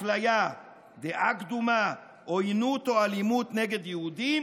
אפליה, דעה קדומה, עוינות או אלימות נגד יהודים